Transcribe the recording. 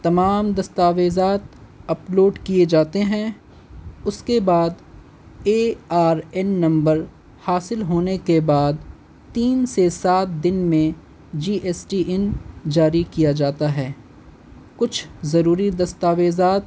تمام دستاویزات اپلوڈ کیے جاتے ہیں اس کے بعد اے آر این نمبر حاصل ہونے کے بعد تین سے سات دن میں جی ایس ٹی ان جاری کیا جاتا ہے کچھ ضروری دستاویزات